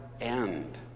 end